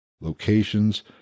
locations